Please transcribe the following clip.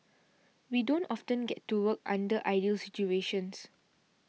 we don't often get to work under ideal situations